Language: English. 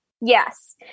Yes